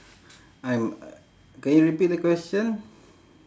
I'm can you repeat the question